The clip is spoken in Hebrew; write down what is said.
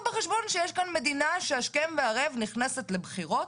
במצב כזה התייחסות קונקרטית לתוכניות,